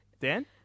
Dan